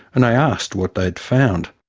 and i asked what they'd found.